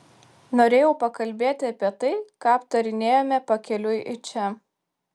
norėjau pakalbėti apie tai ką aptarinėjome pakeliui į čia